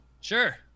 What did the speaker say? Sure